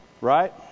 Right